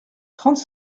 trente